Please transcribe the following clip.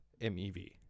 MeV